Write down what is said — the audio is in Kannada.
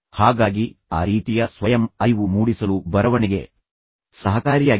ಹಾಗಾಗಿ ಆ ರೀತಿಯ ಸ್ವಯಂ ಅರಿವು ಮೂಡಿಸಲು ಬರವಣಿಗೆ ಸಹಕಾರಿಯಾಗಿದೆ